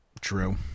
True